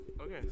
Okay